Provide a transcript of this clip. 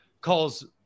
calls